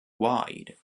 wide